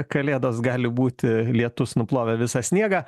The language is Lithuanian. kalėdos gali būti lietus nuplovė visą sniegą